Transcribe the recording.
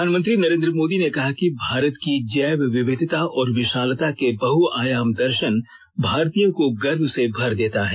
प्रधानमंत्री नरेन्द्र मोदी ने कहा कि भारत की जैव विविधता और विषालता के बहुआयाम दर्षन भारतीयों को गर्व से भर देता है